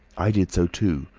i did so too,